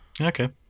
Okay